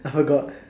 I forgot